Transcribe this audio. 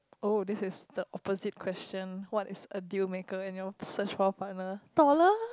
oh this the opposite question what is a deal maker in your search for a partner taller